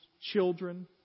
children